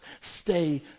stay